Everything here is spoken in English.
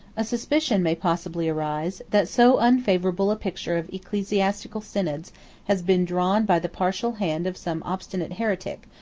a suspicion may possibly arise, that so unfavorable a picture of ecclesiastical synods has been drawn by the partial hand of some obstinate heretic,